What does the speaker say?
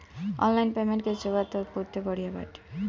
online payment कअ सेवा तअ बहुते बढ़िया बाटे